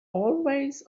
always